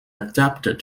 adapted